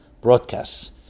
broadcasts